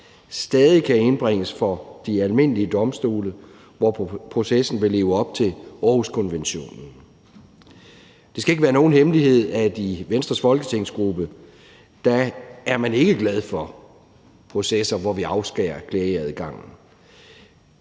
stadig kan indbringes for de almindelige domstole, hvor processen vil leve op til Århuskonventionen. Det skal ikke være nogen hemmelighed, at i Venstres folketingsgruppe er man ikke glad for processer, hvor vi afskærer klageadgangen.